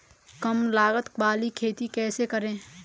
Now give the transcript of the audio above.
कम लागत वाली खेती कैसे करें?